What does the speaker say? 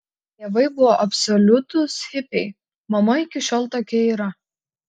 tėvai buvo absoliutūs hipiai mama iki šiol tokia yra